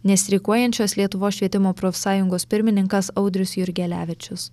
nestreikuojančios lietuvos švietimo profsąjungos pirmininkas audrius jurgelevičius